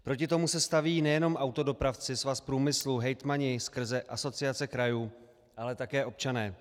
Proti tomu se staví nejenom autodopravci, Svaz průmyslu, hejtmani skrze Asociaci krajů, ale také občané.